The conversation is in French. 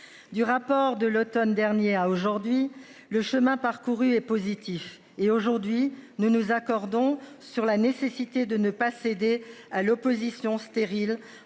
Du rapport de l'Automne dernier a aujourd'hui le chemin parcouru est positif et aujourd'hui nous nous accordons sur la nécessité de ne pas céder à l'opposition stérile